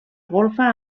golfa